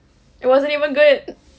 it wasn't even good